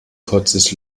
kurzes